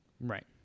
Right